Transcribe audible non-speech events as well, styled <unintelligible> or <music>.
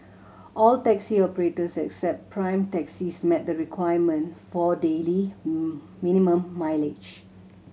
all taxi operators except Prime Taxis met the requirement for daily <unintelligible> minimum mileage